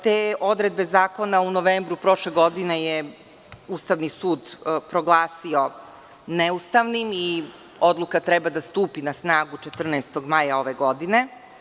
Te odredbe zakona u novembru prošle godine je Ustavni sud proglasio neustavnim i odluka treba da stupi na snagu 14. maja ove godine.